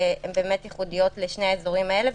שהן באמת ייחודיות לשני האזורים האלה,